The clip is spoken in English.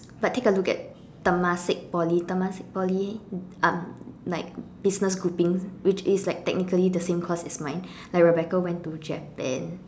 but take a look at Temasek Poly Temasek Poly um like business grouping which is like technically the same course as mine like Rebecca went to Japan